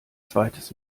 zweites